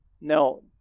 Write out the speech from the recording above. No